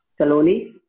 Saloni